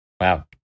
wow